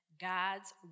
God's